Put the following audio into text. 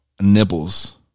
nibbles